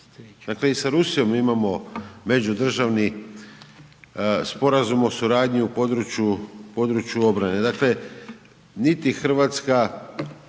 dakle, i sa Rusijom imamo međudržavni sporazum o suradnji u području obrane. Dakle, niti RH